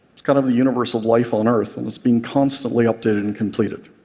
it's kind of the universe of life on earth, and it's being constantly updated and completed.